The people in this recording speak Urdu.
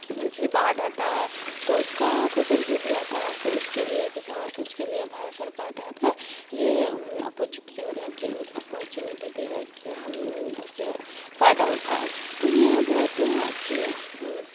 جیسے باڑھ آتا ہے تو اس کا فصل ڈوب جاتا ہے تو اس کے لیے اس کے لیے بھارت سرکار نے یہاں پہ یہ اپورچوٹری مطلب کہ اپارچونٹی دی ہے کہ ہم اس سے فائدہ اٹھائیں تو یہ بہت اچھی